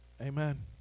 Amen